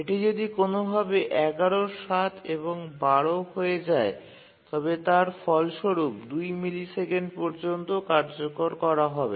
এটি যদি কোনভাবে ১১ ৭ এবং ১২ হয়ে যায় তবে তার ফলস্বরূপ ২ মিলিসেকেন্ড পর্যন্ত কার্যকর করা হবে